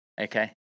okay